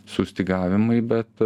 sustygavimai bet